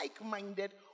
like-minded